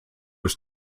ist